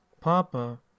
Papa